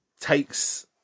takes